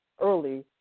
early